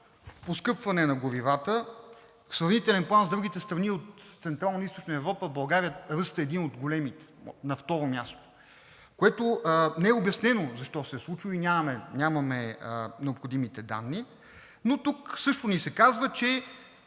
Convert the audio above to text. поскъпване на горивата в сравнителен план с другите страни от Централна и Източна Европа. В България ръстът е един от големите – второ място, което не е обяснено защо се е случило и нямаме необходимите данни, но тук също ни се казва, че